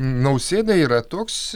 nausėda yra toks